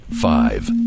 Five